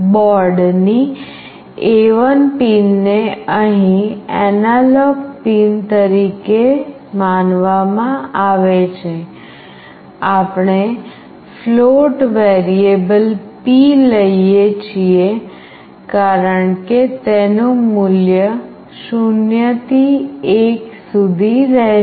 બોર્ડની A1 પિનને અહીં એનાલોગ પિન તરીકે માનવામાં આવે છે આપણે ફ્લોટ વેરીએબલ p લઈએ છીએ કારણ કે તેનું મૂલ્ય 0 થી 1 સુધી રહેશે